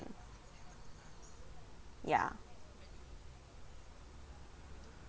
ya